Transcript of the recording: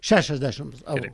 šešiasdešims eurų